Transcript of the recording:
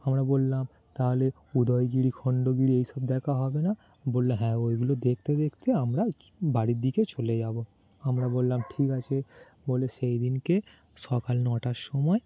আমরা বললাম তালে উদয়গিরি খন্ডগিরি এই সব দেখা হবে না বললো হ্যাঁ ওইগুলো দেখতে দেখতে আমরা বাড়ির দিকে চলে যাবো আমরা বললাম ঠিক আছে বলে সেই দিনকে সকাল নটার সময়